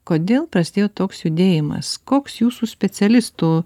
kodėl prasidėjo toks judėjimas koks jūsų specialistų